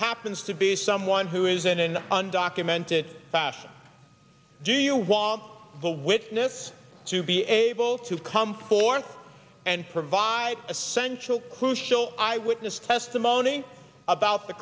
happens to be someone who is in an undocumented fashion do you want the witness to be able to come forth and provide essential crucial eyewitness testimony about the